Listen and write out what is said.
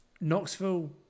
Knoxville